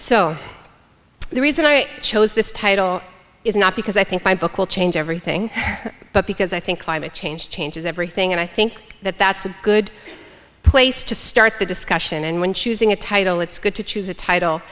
so the reason i chose this title is not because i think my book will change everything but because i think climate change changes everything and i think that that's a good place to start the discussion and when choosing a title it's good to choose a title